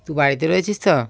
তুই বাড়িতে রয়েছিস তো